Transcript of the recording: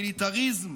למיליטריזם,